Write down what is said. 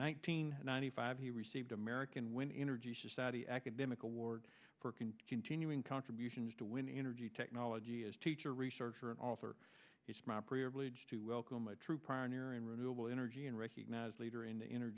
hundred ninety five he received american win energy society academic award for continuing contributions to win energy technology as teacher researcher and author it's my privilege to welcome a true pioneer in renewal energy and recognize leader in the inter